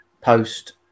post